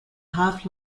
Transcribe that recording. half